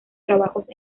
trabajos